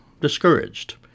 discouraged